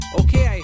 okay